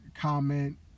comment